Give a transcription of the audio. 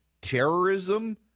terrorism